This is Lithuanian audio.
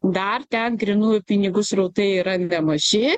dar ten grynųjų pinigų srautai yra nemaži